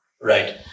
Right